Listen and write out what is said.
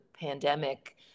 pandemic